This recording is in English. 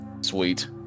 Sweet